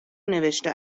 نوشته